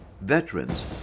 veterans